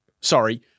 Sorry